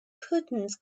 curtains